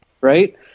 Right